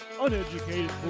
uneducated